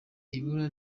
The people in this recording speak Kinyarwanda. ibura